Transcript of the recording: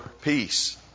peace